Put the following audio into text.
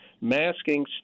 masking